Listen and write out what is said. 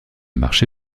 marché